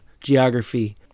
geography